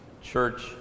church